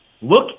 look